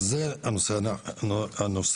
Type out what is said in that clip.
זה הנושא הראשון.